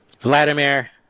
Vladimir